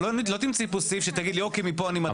לא תמצאי סעיף שתגידי אוקיי, מפה אני מתחילה.